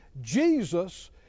Jesus